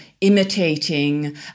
imitating